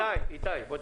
איתי, בוא תקשיב: